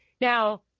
Now